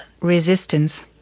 Resistance